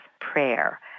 prayer